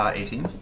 um eighteen,